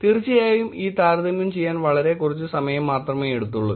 തീർച്ചയായും ഈ താരതമ്യം ചെയ്യാൻ വളരെ കുറച്ച് സമയം മാത്രമേ എടുത്തുള്ളൂ